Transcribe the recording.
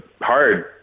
hard